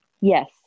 Yes